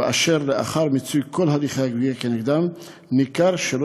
ואשר לאחר מיצוי כל הליכי הגבייה כנגדם ניכר שלא